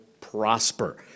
prosper